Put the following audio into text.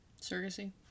Surrogacy